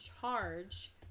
charge